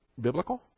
biblical